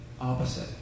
opposite